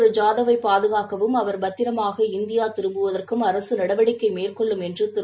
ஐாதவ் வை பாதுகாக்கவும் அவர் பத்திரமாக இந்தியா திரும்புவதற்கும் அரசு நடவடிக்கை மேற்கொள்ளும் என்று திரு